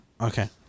Okay